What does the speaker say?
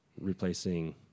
replacing